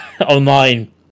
online